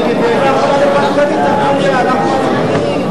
הצבעה אלקטרונית.